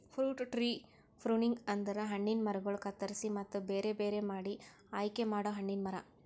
fruit tree pruning ಅಂದುರ್ ಹಣ್ಣಿನ ಮರಗೊಳ್ ಕತ್ತುರಸಿ ಮತ್ತ ಬೇರೆ ಬೇರೆ ಮಾಡಿ ಆಯಿಕೆ ಮಾಡೊ ಹಣ್ಣಿನ ಮರ